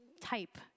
type